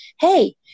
Hey